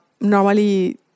Normally